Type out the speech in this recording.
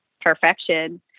perfection